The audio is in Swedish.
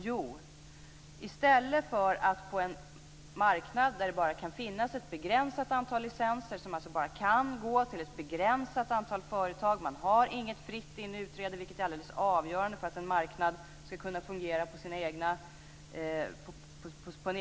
Jo, i stället för att låta företagen på en marknad betala för den mycket stora nyttighet som en licens innebär, tänker regeringen skänka bort den till ett visst antal företag som väljs ut. Det kan bara finnas ett visst antal licenser, som alltså bara kan gå till ett begränsat antal företag.